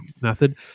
method